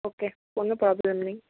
ওকে কোনো প্রবলেম নেই